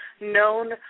known